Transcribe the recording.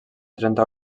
trenta